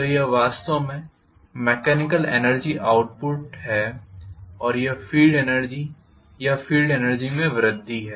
तो यह वास्तव में मेकेनिकल एनर्जी आउटपुट है और यह फील्ड एनर्जी या फील्ड एनर्जी में वृद्धि है